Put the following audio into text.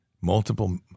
multiple